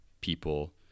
people